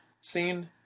scene